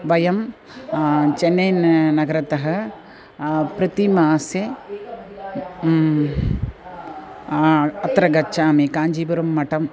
वयं चेन्नै न नगरतः प्रतिमासे अत्र गच्छामि काञ्चीपुरं मठम्